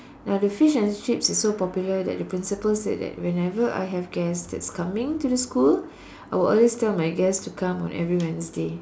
now the fish and chips is so popular that the principal said that whenever I have guest that's coming to the school I will always tell my guest to come on every Wednesday